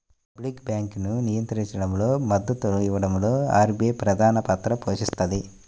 public బ్యాంకింగ్ను నియంత్రించడంలో, మద్దతునివ్వడంలో ఆర్బీఐ ప్రధానపాత్ర పోషిస్తది